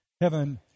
Heaven